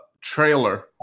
trailer